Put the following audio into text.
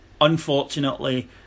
unfortunately